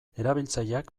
erabiltzaileak